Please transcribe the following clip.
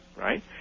right